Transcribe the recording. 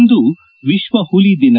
ಇಂದು ವಿಶ್ವ ಹುಲಿ ದಿನ